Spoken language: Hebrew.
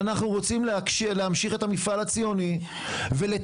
ואנחנו רוצים להמשיך את המפעל הציוני ולתקן